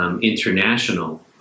international